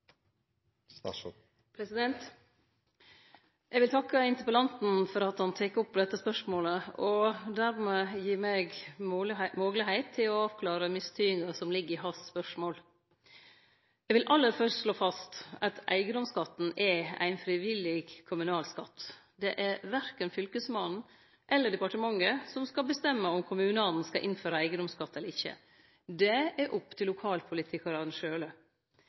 Eg vil takke interpellanten for at han tek opp dette spørsmålet og dermed gir meg moglegheit til å avklare mistydinga som ligg i hans spørsmål. Eg vil aller fyrst slå fast at eigedomsskatten er ein frivillig kommunal skatt. Det er verken Fylkesmannen eller departementet som skal bestemme om kommunane skal innføre eigedomsskatt eller ikkje. Det er opp til lokalpolitikarane